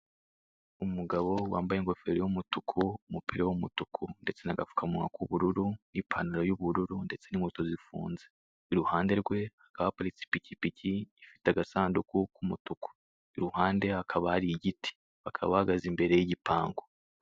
Umugabo wambaye ingofero y'umutuku, umupira w'umutuku ndetse n'agapfukamunwa k'ubururu, n'ipantaro y'ubururu ndetse n'inkweto zifunze.